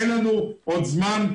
אין לנו עוד זמן,